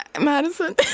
Madison